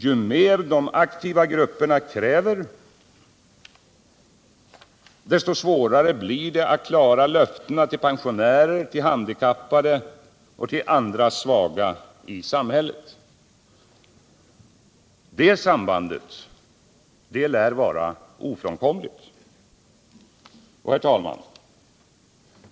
Ju mer de aktiva grupperna kräver, desto svårare blir det att klara löftena till pensionärer, till handikappade och till andra svaga i samhället. Det sambandet lär vara ofrånkomligt. Herr talman!